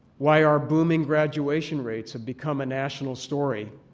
why our booming graduation rates have become a national story.